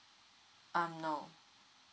ah no